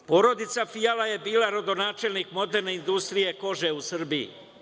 Porodica Fijala je bila rodonačelnik moderne industrije kože u Srbiji.